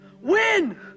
Win